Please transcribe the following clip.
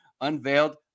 unveiled